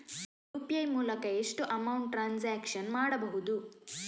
UPI ಮೂಲಕ ಎಷ್ಟು amount transaction ಮಾಡಬಹುದು?